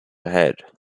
ahead